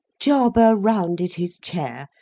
jarber rounded his chair,